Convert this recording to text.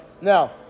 now